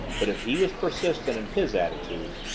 but if he was persistent in his attitude,